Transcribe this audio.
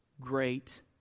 great